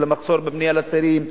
של המחסור בבנייה לצעירים,